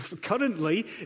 currently